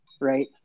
right